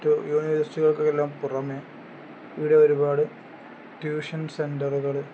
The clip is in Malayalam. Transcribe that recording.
മറ്റ് യൂണിവേഴ്സിറ്റികൾക്ക് എല്ലാം പുറമേ ഇവിടെ ഒരുപാട് ട്യൂഷൻ സെൻ്ററുകൾ